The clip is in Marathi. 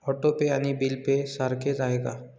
ऑटो पे आणि बिल पे सारखेच आहे का?